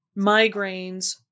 migraines